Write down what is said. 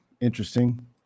Interesting